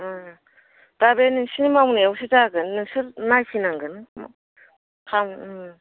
दा बे नोंसोरनि मावनायावसो जागोन नोंसोर नायफैनांगोन